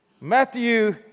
Matthew